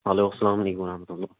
hello سلام علیکُم وَرَحمَتہُ اللہ